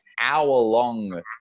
hour-long